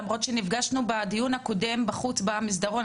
למרות שנפגשנו בדיון הקודם בחוץ במסדרון,